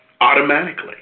automatically